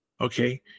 Okay